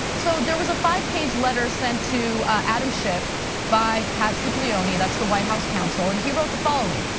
so there was a five page letter sent to adam schiff by pat scipione that's the white house council and he wrote the following.